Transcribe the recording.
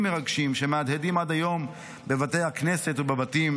מרגשים שמהדהדים עד היום בבתי הכנסת ובבתים,